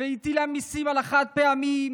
והטילה מיסים על החד-פעמי,